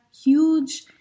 huge